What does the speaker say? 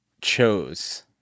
chose